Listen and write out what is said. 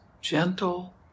gentle